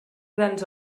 grans